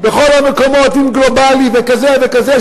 בכל המקומות עם גלובלי וכזה וכזה,